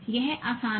यह आसान है